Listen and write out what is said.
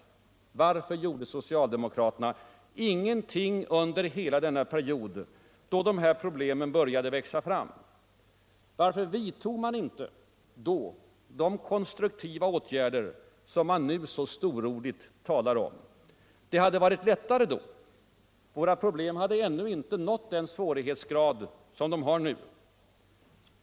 Varför gjorde socialdemokraterna ingenting under hela denna period, då problemen började växa fram? Varför vidtog man inte då de konstruktiva åtgärder som man nu så storordigt talar om? Det hade varit lättare då. Våra problem hade då ännu inte nått den svårighetsgrad som de har nu.